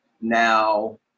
now